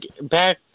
back